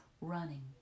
running